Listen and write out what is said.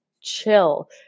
chill